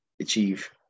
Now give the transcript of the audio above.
achieve